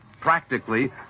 practically